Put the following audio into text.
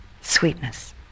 Sweetness